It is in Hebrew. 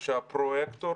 שהפרויקטור